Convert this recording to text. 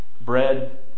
bread